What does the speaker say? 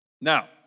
Now